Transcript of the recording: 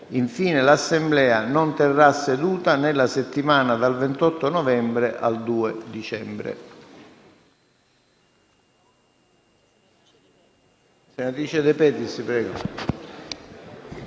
Infine, l'Assemblea non terrà seduta nella settimana dal 28 novembre al 2 dicembre.